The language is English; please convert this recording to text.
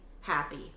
happy